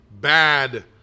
bad